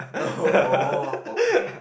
oh okay